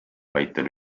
väitel